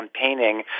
campaigning